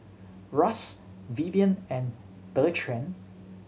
Ras Vivien and Dequan